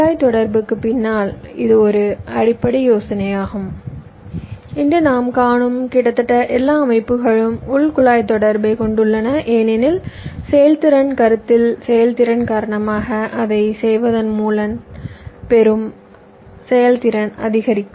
குழாய் தொடர்புக்கு பின்னால் இது ஒரு அடிப்படை யோசனையாகும் இன்று நாம் காணும் கிட்டத்தட்ட எல்லா அமைப்புகளும் உள் குழாய் தொடர்பை கொண்டுள்ளன ஏனெனில் செயல்திறன் கருத்தில் செயல்திறன் காரணமாக அதைச் செய்வதன் மூலம் பெறும் செயல்திறன் அதிகரிக்கும்